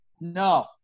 No